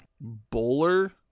Bowler